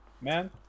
man